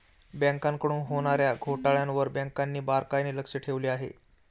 बँकांकडून होणार्या घोटाळ्यांवर बँकांनी बारकाईने लक्ष ठेवले आहे